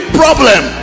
problem